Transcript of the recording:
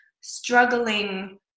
struggling